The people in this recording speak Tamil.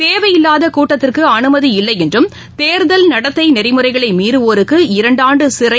தேவையில்வாதகூட்டத்திற்குஅனுமதி இல்லைஎன்றும் தேர்தல் நடத்தைநெறிமுறைகளைமீறவோருக்கு இரண்டாண்டுசிறை